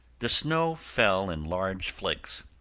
the snow fell in large flakes.